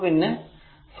അപ്പോൾ 5a